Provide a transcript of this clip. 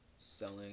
selling